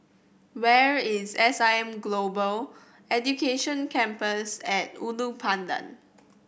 where is S I M Global Education Campus and Ulu Pandan